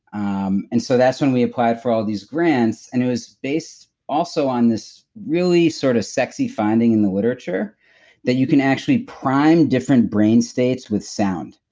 um and so that's when we applied for all these grants and it was based also on this really sort of sexy finding in the literature that you can actually prime different brain states with sound.